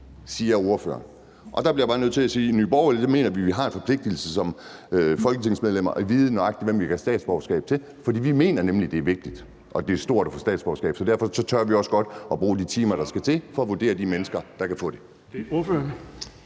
siger ordføreren. Der bliver jeg bare nødt til at sige, at i Nye Borgerlige mener vi, at vi har en forpligtelse som folketingsmedlemmer til at vide, nøjagtig hvem vi giver statsborgerskab til. For vi mener nemlig, at det er vigtigt og stort at få statsborgerskab. Derfor tør vi også godt bruge de timer, der skal til, på at vurdere de mennesker, der kan få det.